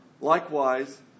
Likewise